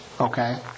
Okay